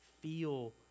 feel